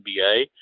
NBA